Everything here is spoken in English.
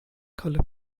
color